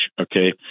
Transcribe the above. okay